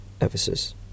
Ephesus